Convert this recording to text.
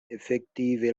efektive